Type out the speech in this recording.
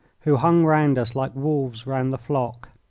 who hung round us like wolves round the flock.